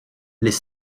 les